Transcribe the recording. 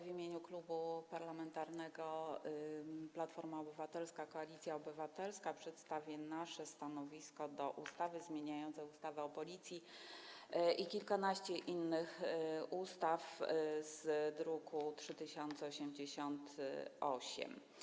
W imieniu Klubu Parlamentarnego Platforma Obywatelska - Koalicja Obywatelska przedstawię stanowisko wobec ustawy zmieniającej ustawę o Policji i kilkanaście innych ustaw, druk nr 3088.